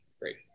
great